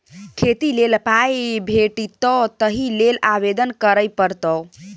खेती लेल पाय भेटितौ ताहि लेल आवेदन करय पड़तौ